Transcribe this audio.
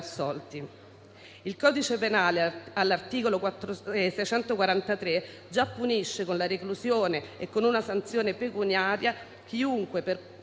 Il codice penale, all'articolo 643, già punisce con la reclusione e con una sanzione pecuniaria chiunque per procurare